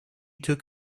took